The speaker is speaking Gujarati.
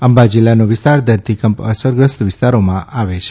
અંબા જિલ્લાનો વિસ્તાર ધરતીકંપ અસરગ્રસ્ત વિસ્તારોમાં આવે છે